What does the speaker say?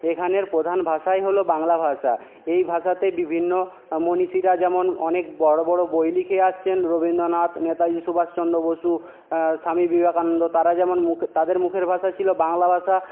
এখানের প্রধান ভাষাই হল বাংলা ভাষা এই ভাষাতে বিভিন্ন মনীষীরা যেমন অনেক বড়ো বড়ো বই লিখে আসছেন রবীন্দ্রনাথ নেতাজি সুভাষচন্দ্র বসু স্বামী বিবেকানন্দ তাঁরা যেমন মুখে তাঁদের মুখের ভাষা ছিলো বাংলা ভাষা